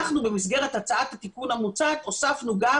במסגרת הצגת התיקון המוצעת אנחנו הוספנו גם